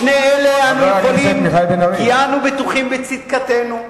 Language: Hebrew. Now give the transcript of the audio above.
לשני אלה אנו יכולים, כי אנו בטוחים בצדקתנו,